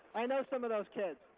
i know some of those kids.